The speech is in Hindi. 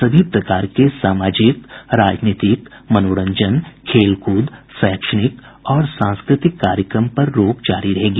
सभी प्रकार के सामाजिक राजनीतिक मनोरंजन खेलकूद शैक्षणिक और संस्कृतिक कार्यक्रम पर रोक जारी रहेगी